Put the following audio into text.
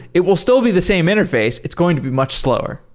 it will still be the same interface. it's going to be much slower.